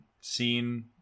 seen